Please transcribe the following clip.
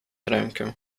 rękę